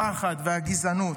הפחד והגזענות.